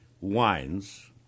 Wines